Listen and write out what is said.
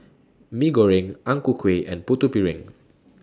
Mee Goreng Ang Ku Kueh and Putu Piring